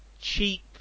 cheap